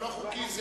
לא חוקי,